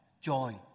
joy